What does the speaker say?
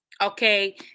okay